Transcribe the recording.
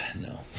No